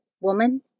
Woman